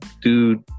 dude